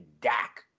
Dak